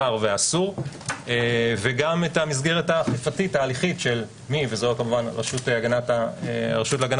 והאסור וגם המסגרת האכיפתית ההליכית של מי וזו כמובן הרשות להגנת הפרטיות